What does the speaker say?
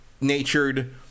natured